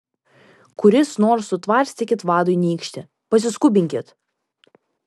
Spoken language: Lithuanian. kuris nors sutvarstykit vadui nykštį pasiskubinkit